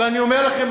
ואני אומר לכם,